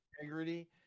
integrity